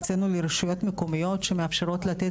הקצינו לרשויות מקומיות שמאפשרות לתת